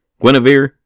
Guinevere